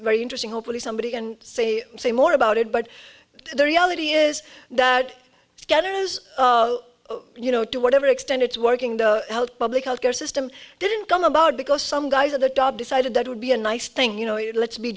very interesting hopefully somebody and say say more about it but the reality is that together is you know to whatever extent it's working the public health care system didn't come about because some guys at the top decided that would be a nice thing you know let's be